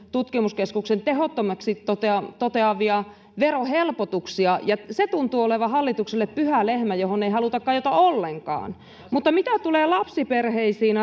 tutkimuskeskuksen tehottomiksi toteamia verohelpotuksia ja se tuntuu olevan hallitukselle pyhä lehmä johon ei haluta kajota ollenkaan mutta mitä tulee lapsiperheisiin